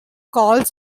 calls